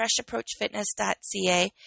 freshapproachfitness.ca